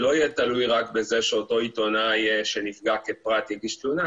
שלא יהיה תלוי רק בזה שאותו עיתונאי שנפגע כפרט יגיש תלונה,